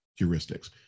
heuristics